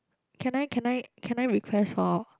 can I can I can I request for